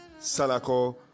salako